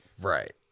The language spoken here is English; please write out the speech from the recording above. Right